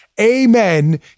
Amen